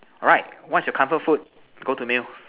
alright what is your comfort food go to meal